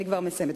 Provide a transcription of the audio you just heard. אני כבר מסיימת,